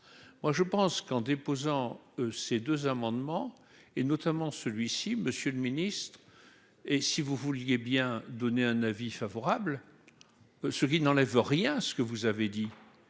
moi je pense qu'en déposant ces deux amendements et notamment celui-ci : Monsieur le Ministre, et si vous vouliez bien donné un avis favorable, ce qui n'enlève rien ce que vous avez dit